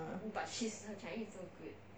ah